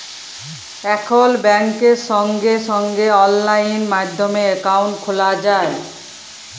এখল ব্যাংকে সঙ্গে সঙ্গে অললাইন মাধ্যমে একাউন্ট খ্যলা যায়